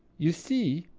you see,